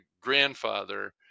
grandfather